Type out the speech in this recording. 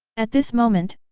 at this moment,